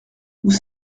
vous